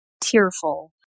tearful